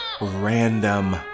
random